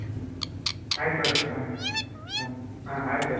ಹ್ಞೂ ಆಯ್ತು ತೊಗೊರಿ ಸರ್ ಹಂಗಂದು ಹ್ಞೂ ರಿ ಹಾಂ ಆಯ್ತು ತೊಗೊರಿ ಸರ್